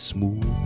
Smooth